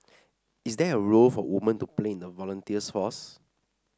is there a role for women to play in the volunteers force